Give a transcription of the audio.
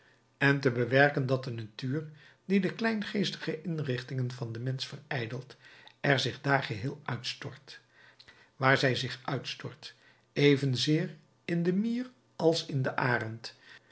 en te bewerken dat de natuur die de kleingeestige inrichtingen van den mensch verijdelt en zich daar geheel uitstort waar zij zich uitstort evenzeer in de mier als in den arend